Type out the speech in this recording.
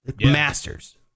masters